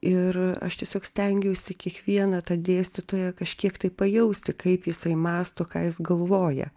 ir aš tiesiog stengiausi kiekvieną tą dėstytoją kažkiek tai pajausti kaip jisai mąsto ką jis galvoja